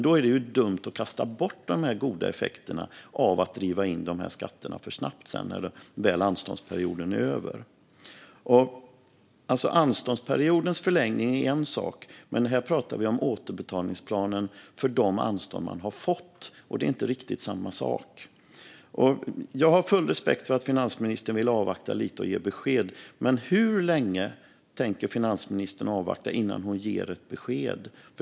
Då är det ju dumt att kasta bort de goda effekterna genom att driva in skatterna för snabbt när anståndsperioden är över. Anståndsperiodens förlängning är en sak, men här talar vi om återbetalningsplanen för de anstånd man har fått, och det är inte riktigt samma sak. Jag har full respekt för att finansministern vill avvakta lite med besked, men hur länge tänker finansministern avvakta innan hon ger ett besked?